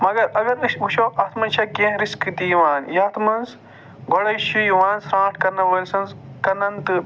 مَگر اَگر أسۍ وُچھو اَتھ منٛز چھےٚ کیٚنہہ رِسکہٕ تہِ یِوان یَتھ منٛز گۄڈٕے چھِ یِوان صاف کرنہٕ وٲلۍ سٔنز کَنن تہٕ